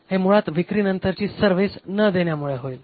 हे मुळात विक्रीनंतरची सर्व्हिस न देण्यामुळे होईल